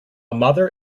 mother